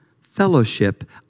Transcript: fellowship